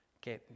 que